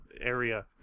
area